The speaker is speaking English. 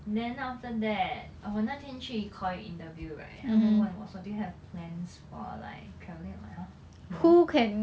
then after that uh 我那天去 koi interview right 他们问我 do you have plans for like travelling I'm like !huh! no